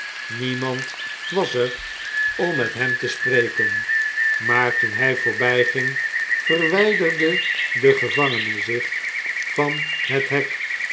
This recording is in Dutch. niemand was er om met hem te spreken maar toen hij voorbijging verwijderde de gevangenen zich van het hek